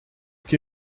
que